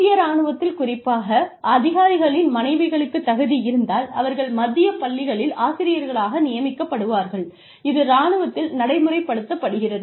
இந்திய ராணுவத்தில் குறிப்பாக அதிகாரிகளின் மனைவிகளுக்கு தகுதி இருந்தால் அவர்கள் மத்திய பள்ளிகளில் ஆசிரியர்களாக நியமிக்கப்படுவார்கள் இது இராணுவத்தில் நடைமுறைப்படுத்தப்படுகிறது